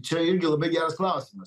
čia irgi labai geras klausimas